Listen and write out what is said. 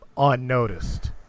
Unnoticed